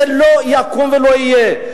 זה לא יקום ולא יהיה.